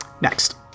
Next